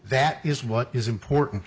that is what is important